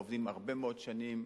ובאמת עובדים הרבה מאוד שנים,